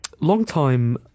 Long-time